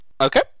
okay